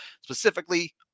Specifically